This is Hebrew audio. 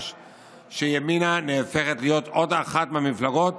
שימינה נהפכת להיות עוד אחת מהמפלגות